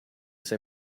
say